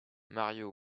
mario